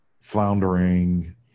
floundering